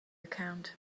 account